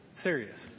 Serious